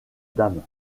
dames